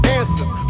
answers